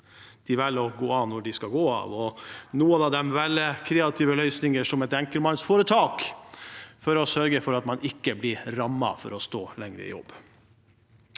De velger å gå av når de skal gå av, og noen av dem velger kreative løsninger, som enkeltmannsforetak, for å sørge for at de ikke blir rammet fordi de står lenger i jobb.